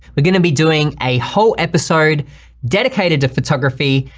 we're gonna be doing a whole episode dedicated to photography,